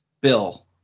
Bill